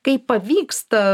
kaip pavyksta